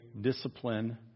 discipline